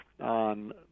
on